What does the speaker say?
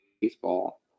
baseball